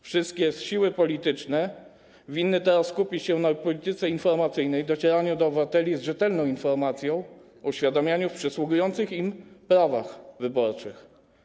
Wszystkie siły polityczne winny teraz skupić się na polityce informacyjnej, docieraniu do obywateli z rzetelną informacją, uświadamianiu ich w zakresie przysługujących im praw wyborczych.